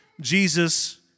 Jesus